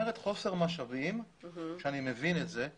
חוסר משאבים, ואני מבין את זה.